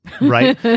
Right